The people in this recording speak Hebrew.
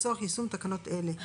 לצורך יישום תקנות אלה.